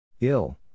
Ill